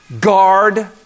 guard